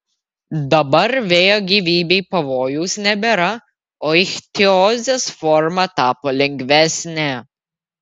dabar vėjo gyvybei pavojaus nebėra o ichtiozės forma tapo lengvesnė